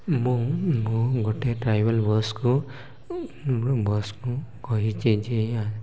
ମୁଁ ମୁଁ ଗୋଟେ ଟ୍ରାଭେଲ୍ ବସ୍କୁ ବସ୍କୁ କହିଛି ଯେ